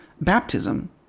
Baptism